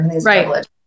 right